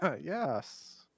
yes